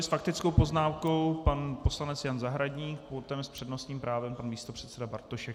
S faktickou poznámkou pan poslanec Jan Zahradník, potom s přednostním právem pan místopředseda Bartošek.